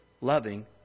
loving